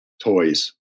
toys